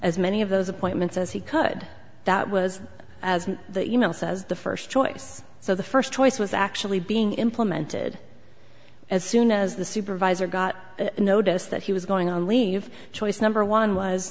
as many of those appointments as he could that was as the e mail says the first choice so the first choice was actually being implemented as soon as the supervisor got a notice that he was going on leave choice number one was